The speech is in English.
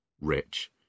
rich